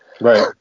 right